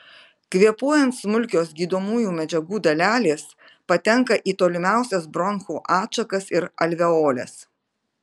kvėpuojant smulkios gydomųjų medžiagų dalelės patenka į tolimiausias bronchų atšakas ir alveoles